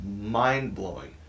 mind-blowing